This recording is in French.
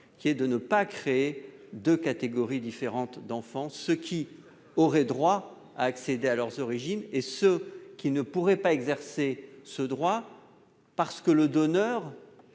qui consiste à ne pas créer deux catégories différentes : les enfants qui auraient le droit de connaître leurs origines et ceux qui ne pourraient pas exercer ce droit parce que le donneur